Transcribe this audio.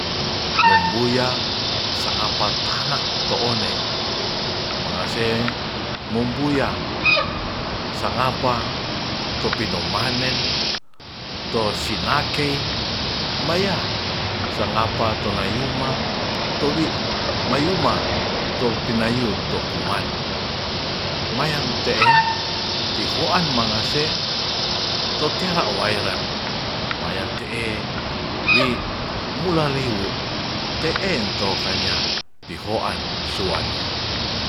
Mombuya sangapa patanak to one mangase mombuya sangapa topinomanen to sinakey mbaya sangapa tonayuma towi mayuma to pinayu to kuman mayan te'e pihoman mangase to tei'ra waien mayante'e wi mulaliewu te'e ntokanya pihoan suwanua.